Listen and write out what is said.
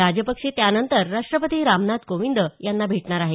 राजपक्षे त्यानंतर राष्ट्रपती रामनाथ कोविंद यांना भेटणार आहेत